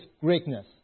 greatness